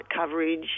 coverage